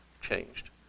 changed